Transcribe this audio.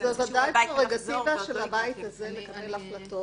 שזו הפררוגטיבה של הבית הזה לקבל החלטות.